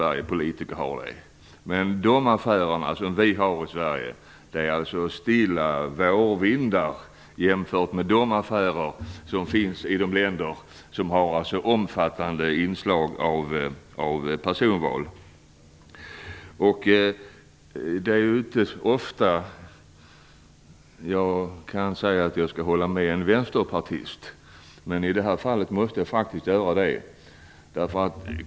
Men de affärer vi har i Sverige är stilla vårvindar jämförda med de affärer som finns i de länder som har omfattande inslag av personval. Det är inte ofta jag har anledning att säga att jag håller med en vänsterpartist, men i det här fallet måste jag göra det.